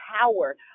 power